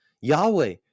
Yahweh